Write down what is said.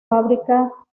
fábrica